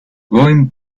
going